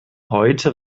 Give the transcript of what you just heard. heute